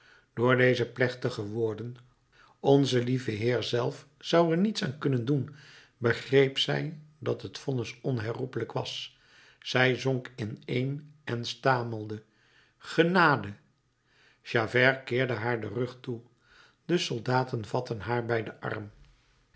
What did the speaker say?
door deze plechtige woorden onze lieve heer zelf zou er niets aan kunnen doen begreep zij dat het vonnis onherroepelijk was zij zonk ineen en stamelde genade javert keerde haar den rug toe de soldaten vatten haar bij den arm